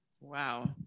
wow